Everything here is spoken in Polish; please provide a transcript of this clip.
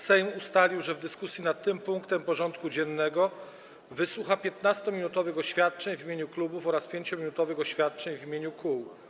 Sejm ustalił, że w dyskusji nad tym punktem porządku dziennego wysłucha 15-minutowych oświadczeń w imieniu klubów oraz 5-minutowych oświadczeń w imieniu kół.